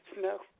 no